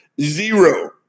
zero